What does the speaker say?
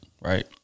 right